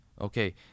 Okay